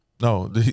No